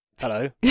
hello